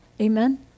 Amen